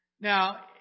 Now